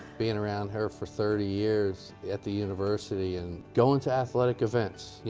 being around her for thirty years at the university and going to athletic events, yeah